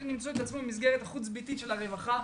למצוא את עצמם במסגרת החוץ-ביתית של הרווחה.